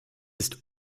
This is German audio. ist